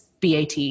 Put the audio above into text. BAT